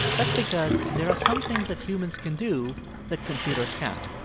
that's because there are some things that humans can do that computers can't